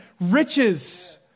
riches